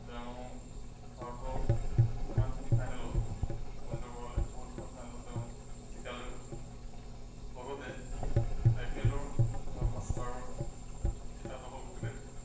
তেওঁ ভাৰতক ইমানখিনি ফাইনেলত উপনীত কৰালে বহুত কেইখন ফাইনেলত তেওঁ জিকালেও লগতে আই পি এলৰ তেওঁ পাঁচবাৰৰ খিতাপ দখল কৰিলে